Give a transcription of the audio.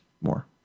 more